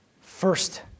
First